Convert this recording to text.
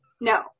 No